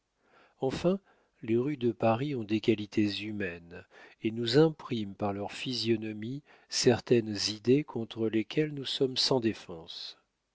enfin les rues de paris ont des qualités humaines et nous impriment par leur physionomie certaines idées contre lesquelles nous sommes sans défense